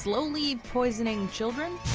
slowly, poisoning children?